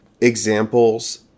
examples